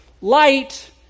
light